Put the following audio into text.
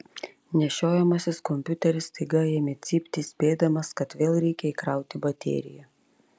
nešiojamasis kompiuteris staiga ėmė cypti įspėdamas kad vėl reikia įkrauti bateriją